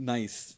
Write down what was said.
Nice